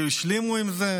כי השלימו עם זה.